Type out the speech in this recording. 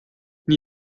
nii